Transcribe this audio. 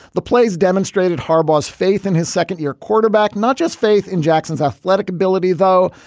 the plays demonstrated harbaugh's faith in his second year quarterback, not just faith in jackson's athletic ability, though.